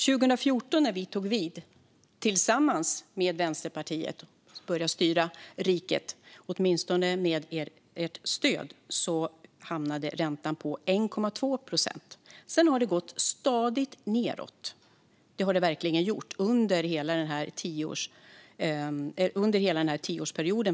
År 2014, när vi tog vid och började styra riket med Vänsterpartiets stöd, hamnade räntan på 1,2 procent. Sedan har den gått stadigt nedåt, framför allt under hela denna tioårsperiod.